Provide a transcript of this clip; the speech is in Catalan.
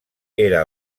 era